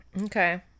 Okay